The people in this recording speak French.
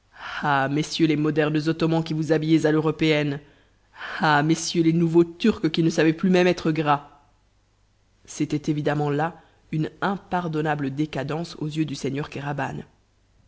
ah messieurs les modernes ottomans qui vous habillez à l'européenne ah messieurs les nouveaux turcs qui ne savez plus même être gras c'était évidemment là une impardonnable décadence aux yeux du seigneur